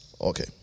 Okay